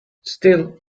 still